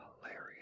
hilarious